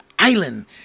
island